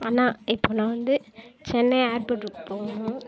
அண்ணா இப்போ நான் வந்து சென்னை ஏர்போர்ட்டுக்கு போகணும்